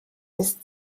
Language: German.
bis